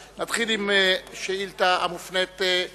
הצעת חוק צער בעלי-חיים